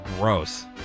gross